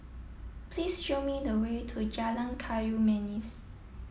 please show me the way to Jalan Kayu Manis